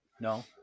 No